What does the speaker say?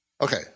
Okay